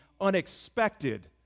unexpected